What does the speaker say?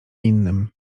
innym